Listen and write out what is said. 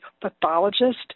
pathologist